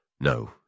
No